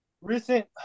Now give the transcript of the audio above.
recent